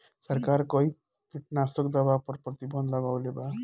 सरकार कई किटनास्क दवा पर प्रतिबन्ध लगवले बा